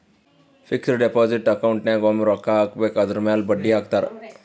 fixed deposit account ನಾಗ್ ಒಮ್ಮೆ ರೊಕ್ಕಾ ಹಾಕಬೇಕ್ ಅದುರ್ ಮ್ಯಾಲ ಬಡ್ಡಿ ಹಾಕ್ತಾರ್